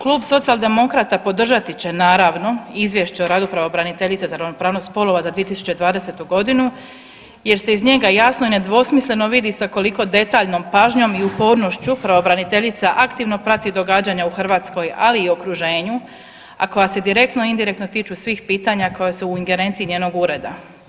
Klub Socijaldemokrata podržati će naravno Izvješće o radu pravobraniteljice za ravnopravnost spolova za 2020. godinu jer se iz njega jasno i nedvosmisleno vidi sa koliko detaljnom pažnjom i upornošću pravobraniteljica aktivno prati događanja u Hrvatskoj, ali i okruženju, a koja se direktno i indirektno tiču svih pitanja koja su ingerenciji njenog ureda.